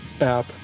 app